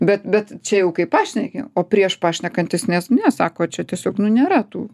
bet bet čia jau kai pašneki o prieš pašnekant jis ne ne sako čia tiesiog nu nėra tų